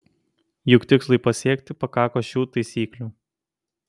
juk tikslui pasiekti pakako šių taisyklių